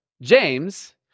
James